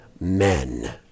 men